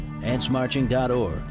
AntsMarching.org